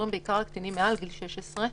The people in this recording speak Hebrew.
בעיקר מעל גיל 16,